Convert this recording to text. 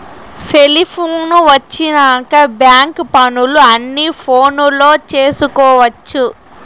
cellphone వచ్చినాక bank పనులు అన్ని ఫోనులో చేసుకొవచ్చు